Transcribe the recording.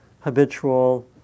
habitual